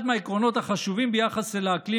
אחד מהעקרונות החשובים ביחס אל האקלים